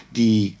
die